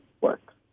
works